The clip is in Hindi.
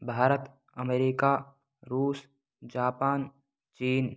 भारत अमेरिका रूस जापान चीन